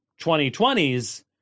2020s